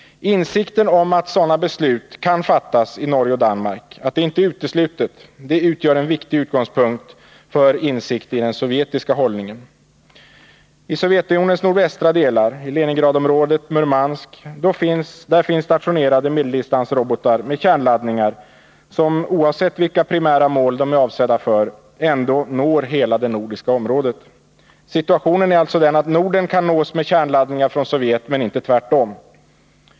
Insikten om att det inte är uteslutet att sådana beslut kan fattas i Norge och Danmark utgör en viktig utgångspunkt för insikt i den sovjetiska hållningen. I Sovjetunionens nordvästra delar, i Leningradområdet, Murmansk m.m., finns stationerade medeldistansrobotar med kärnladdningar som, oavsett vilka primära mål de är avsedda för, ändå når hela det nordiska området. Situationen är alltså den att Norden kan nås med kärnladdningar från Sovjet men inte tvärtom.